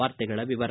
ವಾರ್ತೆಗಳ ವಿವರ